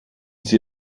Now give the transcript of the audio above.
sie